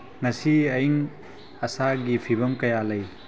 ꯉꯁꯤ ꯑꯏꯪ ꯑꯁꯥꯒꯤ ꯐꯤꯕꯝ ꯀꯌꯥ ꯂꯩ